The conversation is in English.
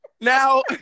Now